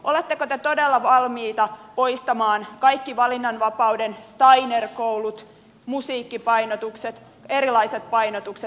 oletteko te todella valmiita poistamaan kaiken valinnanvapauden steinerkoulut musiikkipainotukset erilaiset painotukset